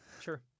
Sure